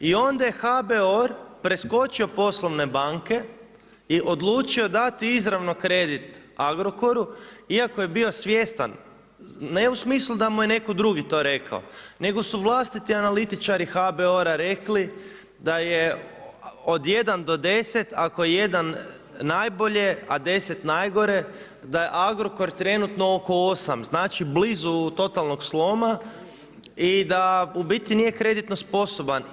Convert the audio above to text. I onda je HBOR preskočio poslovne banke i odlučio dati izravno kredit Agrokoru, iako je bio svjestan, ne u smislu da mu je netko drugi to rekao, nego su vlastiti analitičari HBOR rekli da je od 1 do 10 ako je 1 najbolje, a 10 najgore, da je Agrokor trenutno oko 8. Znači blizu totalnog slona i da u biti nije kreditno sposoban.